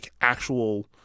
actual